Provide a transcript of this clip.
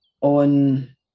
on